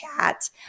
chat